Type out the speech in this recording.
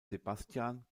sebastian